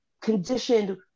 conditioned